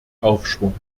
aufschwung